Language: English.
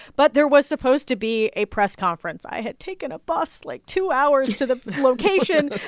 but there was supposed to be a press conference. i had taken a bus, like, two hours to the location.